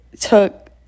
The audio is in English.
took